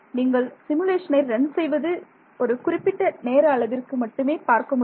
நீங்கள் சிமுலேஷனை ரன் செய்வது ஒரு குறிப்பிட்ட நேர அளவிற்கு மட்டுமே பார்க்க முடியும்